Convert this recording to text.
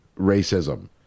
racism